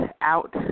out